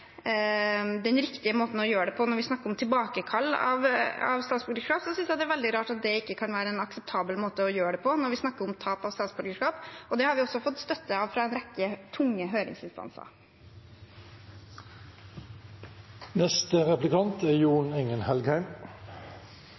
den riktige måten å gjøre det på når vi snakker om tilbakekall av statsborgerskap, synes jeg det er veldig rart at det ikke kan være en akseptabel måte å gjøre det på når vi snakker om tap av statsborgerskap, og det har vi også fått støtte for av en rekke tunge høringsinstanser. Fremskrittspartiet er